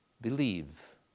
believe